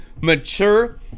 mature